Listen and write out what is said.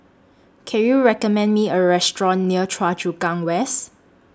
Can YOU recommend Me A Restaurant near Choa Chu Kang West